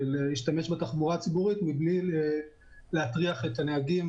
ולהשתמש בתחבורה הציבורית מבלי להטריח את הנהגים